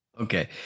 Okay